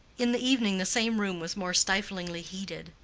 in the evening the same room was more stiflingly heated,